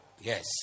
Yes